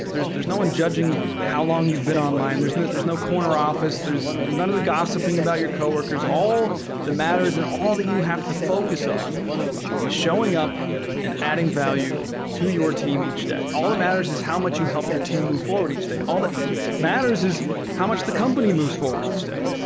there's there's no one judging how long you've been online. there's no there's no corner office. there's none of the gossiping about your coworkers. all the matters and all that you have to focus on is showing up and adding value to your team each day all. all that matters is how much you help your team move forward each day. all that matters is how much the company moves forward each day.